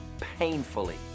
painfully